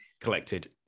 collected